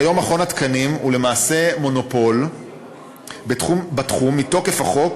כיום מכון התקנים הוא למעשה מונופול בתחום מתוקף החוק,